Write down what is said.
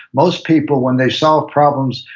most people, when they solve problems,